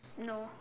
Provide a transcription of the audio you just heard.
no